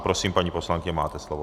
Prosím, paní poslankyně, máte slovo.